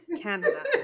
Canada